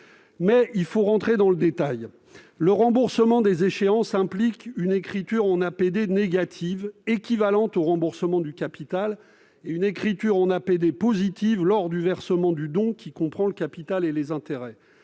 dons. Entrons dans le détail. Le remboursement des échéances implique une écriture en APD négative équivalente au remboursement du capital et une écriture en APD positive lors du versement du don, qui comprend le capital et les intérêts.